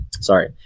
sorry